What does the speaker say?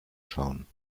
schauen